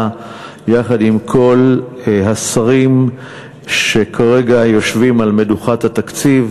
יחד עם כל השרים שכרגע יושבים על מדוכת התקציב,